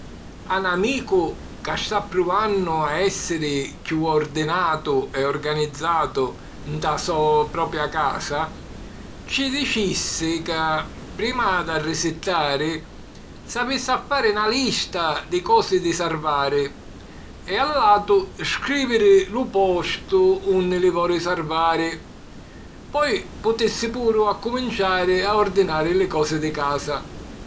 A 'n amicu ca sta pruvannu a èssiri chiù ordinatu e organizzatu nta so propia casa, ci dicissi ca, prima d'arrisittari, s'avissi a fari na lista di cosi di sarvari e allatu scrìviri lu postu unni li voli sarvari. Poi putissi puru accuminciari a ordinari li cosi di casa.